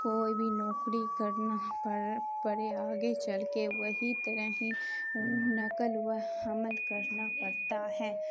کوئی بھی نوکری کرنا پڑ پڑے آگے چل کے وہی طرح ہی نقل و حمل کرنا پڑتا ہے